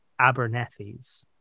Abernethys